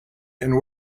and